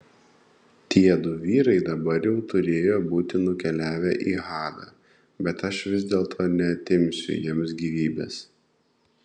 tiedu vyrai dabar jau turėjo būti nukeliavę į hadą bet aš vis dėlto neatimsiu jiems gyvybės